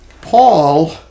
Paul